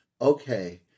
Okay